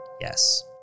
Yes